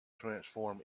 transform